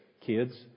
Kids